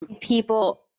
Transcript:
people